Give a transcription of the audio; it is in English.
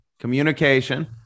communication